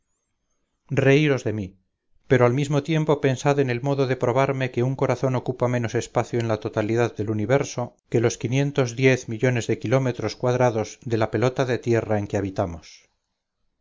reíos de mí pero al mismo tiempo pensad en el modo de probarme que un corazón ocupa menos espacio en la totalidad del universo que los quinientos diez millones de kilómetros cuadrados de la pelota de tierra en que habitamos